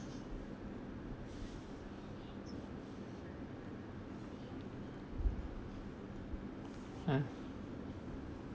!huh!